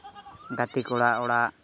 ᱜᱟᱛᱮ ᱠᱚᱲᱟ ᱚᱲᱟᱜ